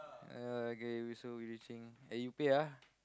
ya okay so we reaching eh you pay ah